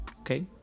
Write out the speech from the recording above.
Okay